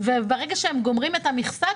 וברגע שהן גומרות את המכסה,